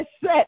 set